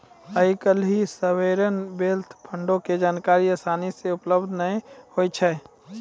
आइ काल्हि sovereign wealth फंडो के जानकारी असानी से उपलब्ध नै होय छै